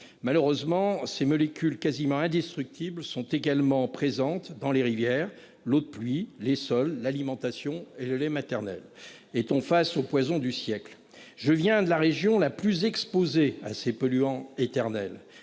Malheureusement ces molécules quasiment indestructible sont également présentes dans les rivières l'eau de pluie, les sols, l'alimentation et le lait maternel et ton face au poison du siècle. Je viens de la région la plus exposée à ces polluants éternels